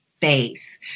faith